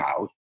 out